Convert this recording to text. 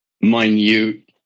minute